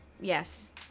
Yes